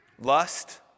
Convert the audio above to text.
Lust